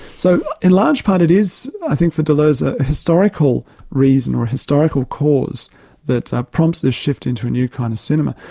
so in large part it is i think for deleuze, a historical reason, or historical cause that prompts this shift into a new kind of cinema.